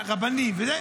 רבנים ועוד,